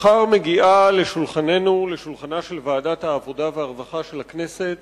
מחר מגיעה לשולחנה של ועדת העבודה והרווחה של הכנסת